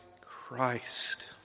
Christ